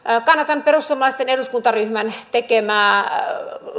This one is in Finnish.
kannatan perussuomalaisten eduskuntaryhmän tekemää